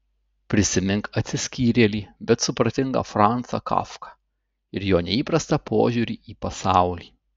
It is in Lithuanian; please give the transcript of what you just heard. prisimink atsiskyrėlį bet supratingą francą kafką ir jo neįprastą požiūrį į pasaulį